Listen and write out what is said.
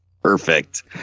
Perfect